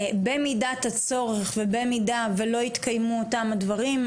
במידת הצורך ובמידה ולא יתקיימו אותם הדברים,